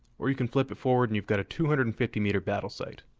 or you can flip it forward and you've got a two hundred and fifty meter battle sight.